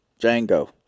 Django